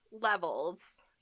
levels